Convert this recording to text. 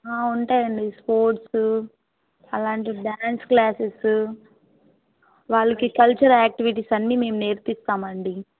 ఉంటాయండి స్పోర్ట్సు అలాంటి dance classes వాళ్ళకి కల్చర్ యాక్టివిటీస్ అన్నీ మేము నేర్పిస్తామండి